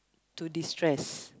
to destress